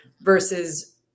versus